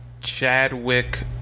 Chadwick